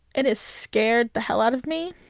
it has scared the hell out of me.